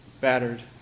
battered